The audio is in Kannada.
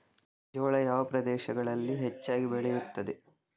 ಜೋಳ ಯಾವ ಪ್ರದೇಶಗಳಲ್ಲಿ ಹೆಚ್ಚಾಗಿ ಬೆಳೆಯುತ್ತದೆ?